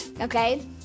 okay